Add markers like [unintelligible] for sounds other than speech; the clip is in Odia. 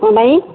[unintelligible]